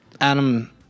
Adam